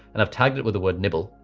and i've tagged it with the word nibble.